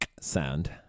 sound